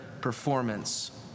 performance